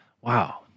wow